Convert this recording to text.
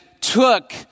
took